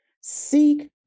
Seek